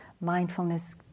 Mindfulness